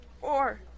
four